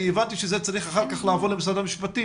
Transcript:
אני הבנתי שזה צריך אחר כך לעבור למשרד המשפטים,